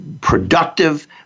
productive